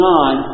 on